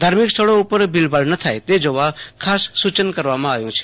ધાર્મિક સ્થળો ઉપર ભીડભાડ ન થાય તે જોવા ખાસ સૂચન કરવામાં આવ્યું છે